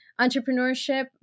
entrepreneurship